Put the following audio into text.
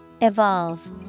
Evolve